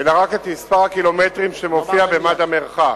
אלא רק את מספר הקילומטרים שמופיע במד המרחק.